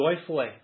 joyfully